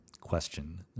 question